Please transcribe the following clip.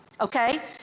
Okay